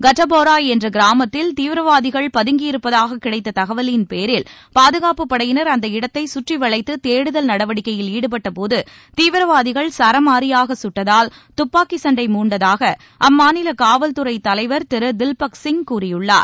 கதபோரா என்ற கிராமத்தில் தீவிரவாதிகள் பதங்கியிருப்பதாக கிடைத்த தகவலின் பேரில் பாதுகாப்புப் படையினர் அந்த இடத்தை கற்றி வளைத்து தேடுதல் நடவடிக்கையில் ஈடுபட்ட போது தீவிரவாதிகள் சரமாரியாக கட்டதால் துப்பாக்கிச்சண்டை மூண்டதாக அம்மாநில காவல்துறைத் தலைவர் திரு தில்பக் சிங் கூறியுள்ளார்